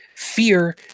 Fear